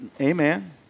Amen